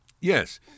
Yes